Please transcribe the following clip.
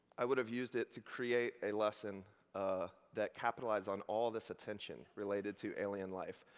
i would have used it to create a lesson ah that capitalized on all this attention related to alien life.